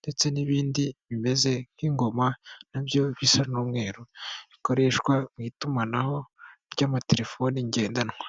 ndetse n'ibindi bimeze nk'ingoma nabyo bisa n'umweru bikoreshwa mu itumanaho ry'amatelefoni ngendanwa.